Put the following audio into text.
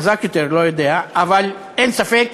חזק יותר, אני לא יודע, אבל אין ספק